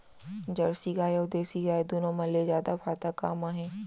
Jersey गाय अऊ देसी गाय दूनो मा ले जादा फायदा का मा हे?